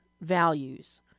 values